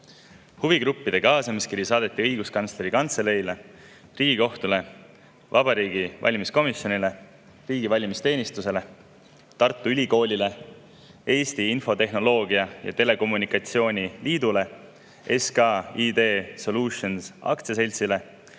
Huvigruppide kaasamise kiri saadeti Õiguskantsleri Kantseleile, Riigikohtule, Vabariigi Valimiskomisjonile, riigi valimisteenistusele, Tartu Ülikoolile, Eesti Infotehnoloogia ja Telekommunikatsiooni Liidule, SK ID Solutions Aktsiaseltsile,